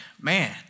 man